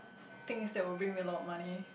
things that will bring me a lot of money